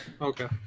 okay